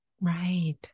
Right